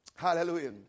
Hallelujah